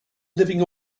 living